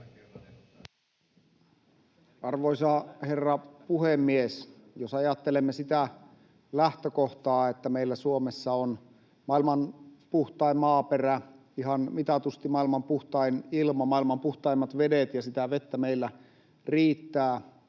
Arvoisa herra puhemies! Jos ajattelemme sitä lähtökohtaa, että meillä Suomessa on maailman puhtain maaperä, ihan mitatusti maailman puhtain ilma, maailman puhtaimmat vedet, ja sitä vettä meillä riittää,